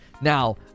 Now